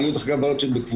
היו דרך אגב בנות בקבוצות,